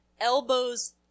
elbows